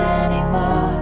anymore